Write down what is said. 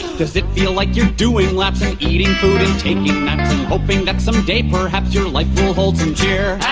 does it feel like you're doing laps and eating food and taking matters hoping that someday perhaps your life will hold some cheer